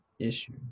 issue